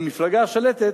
במפלגה השלטת,